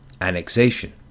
annexation